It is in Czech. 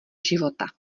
života